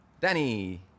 Danny